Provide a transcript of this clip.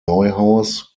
neuhaus